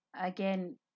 Again